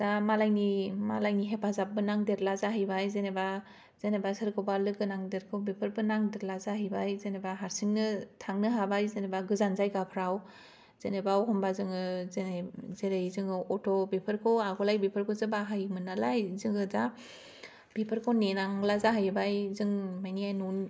दा मालायनि मालायनि हेफाजाबबो नांदेरला जाहैबाय जेनेबा जेनेबा सोरखौबा लोगो नांदेरगौ बेफोरबो नांदेरला जाहैबाय जेनेबा हारसिंनो थांनो हाबाय जेनेबा गोजान जायगाफ्राव जेनेबा अखनबा जोङो जेरै जेरै जोङो अथ' बेफोरखौ आगोलहाय बेफोरखौसो बाहायोमोन नालाय जोंङो दा बेफोरखौ नेनांला जाहैबाय जों मायनि न'